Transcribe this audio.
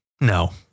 no